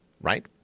right